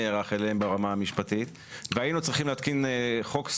נערך אליהן ברמה המשפטית - היינו צריכים להתקין חוק.